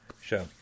show